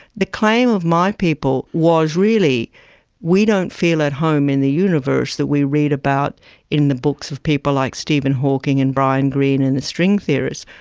the claim of my people was really we don't feel at home in the universe that we read about in the books of people like stephen hawking and brian greene and the string theorists,